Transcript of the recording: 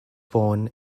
born